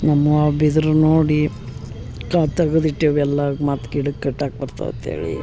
ನಮ್ಮವ ಆ ಬಿದಿರು ನೋಡಿ ಕಾದು ತೆಗದು ಇಟ್ಟೇವೆ ಎಲ್ಲ ಮತ್ತು ಗಿಡಕ್ಕೆ ಕಟ್ಟಕ್ಕ ಬರ್ತಾವೆ ಅಂತ್ಹೇಳಿ